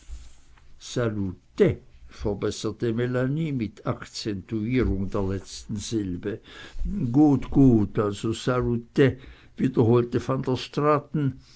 salut verbesserte melanie mit akzentuierung der letzten silbe gut gut also salut wiederholte